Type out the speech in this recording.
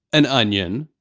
an onion,